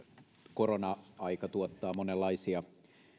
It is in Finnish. korona aika tuottaa monenlaisia